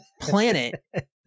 planet